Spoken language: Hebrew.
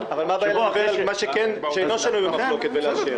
--- אבל מה הבעיה לדבר על מה שאינו שנוי במחלוקת ולאשר?